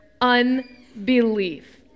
unbelief